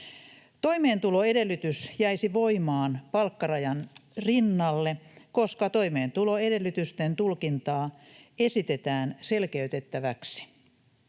Toimeentuloedellytys jäisi voimaan palkkarajan rinnalle, koska toimeentuloedellytysten tulkintaa esitetään selkeytettäväksi.